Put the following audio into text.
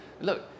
look